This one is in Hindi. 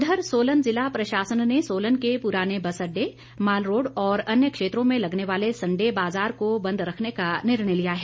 उधर सोलन ज़िला प्रशासन ने सोलन के पुराने बस अड्डे मालरोड और अन्य क्षेत्रों में लगने वाले संडे बाजार को बंद रखने का निर्णय लिया है